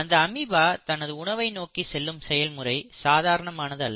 இந்த அமீபா தனது உணவை நோக்கி செல்லும் செயல்முறை சாதாரணமானது அல்ல